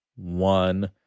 one